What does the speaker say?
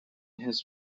his